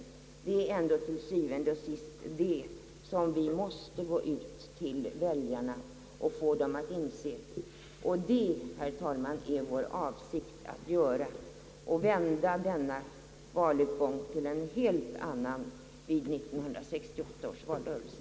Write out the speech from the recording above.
Det är til syvende og sidst det som vi måste gå ut till väljarna och få dem att inse. Vår avsikt är att göra detta och vända denna valutgång till en helt annan vid 1968 års valrörelse,